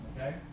Okay